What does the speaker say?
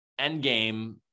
Endgame